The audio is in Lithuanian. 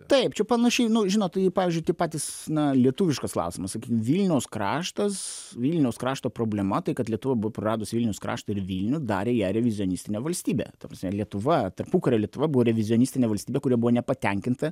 taip čia panašiai nu žinot tai pavyzdžiui tie patys na lietuviškas klausimas vilniaus kraštas vilniaus krašto problema tai kad lietuva buvo praradusi vilniaus kraštą ir vilnių darė ją revizionistine valstybe ta prasme lietuva tarpukario lietuva buvo revizionistinė valstybė kuri buvo nepatenkinta